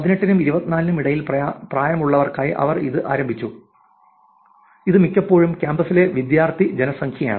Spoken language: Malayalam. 18 നും 24 നും ഇടയിൽ പ്രായമുള്ളവർക്കായി അവർ ഇത് ആരംഭിച്ചു ഇത് മിക്കപ്പോഴും ക്യാമ്പസിലെ വിദ്യാർത്ഥി ജനസംഖ്യയാണ്